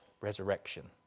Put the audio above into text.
resurrection